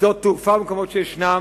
שדות תעופה ומקומות אחרים.